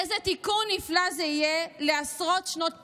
איזה תיקון נפלא זה יהיה לעשרות שנות פירוד.